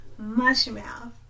Mushmouth